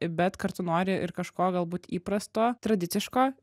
bet kartu nori ir kažko galbūt įprasto tradiciško